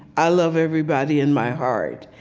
i love everybody in my heart.